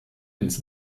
ins